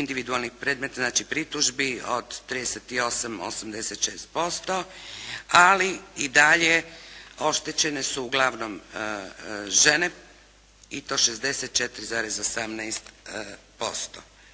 individualnih predmeta, pritužbi od 38 86% ali i dalje oštećene su uglavnom žene i to 64,18%.